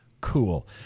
cool